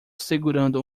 segurando